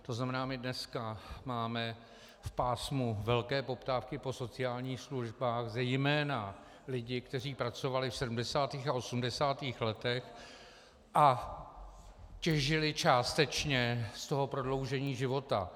To znamená, my dneska máme v pásmu velké poptávky po sociálních službách zejména lidi, kteří pracovali v 70. a 80. letech a těžili částečně z toho prodloužení života.